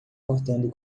cortando